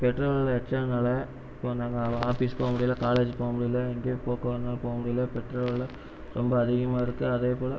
petrol விலை ஏற்றுதனால் இப்போ நாங்கள் ஆஃபீஸ் போகமுடியல காலேஜ் போகமுடியல எங்கேயும் போகணுனா கூட போகமுடியல பெட்ரோல் விலை ரொம்ப அதிகமாக இருக்குது அதேபோல